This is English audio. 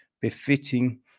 befitting